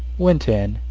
went in,